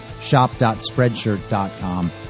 shop.spreadshirt.com